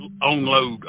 unload